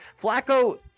Flacco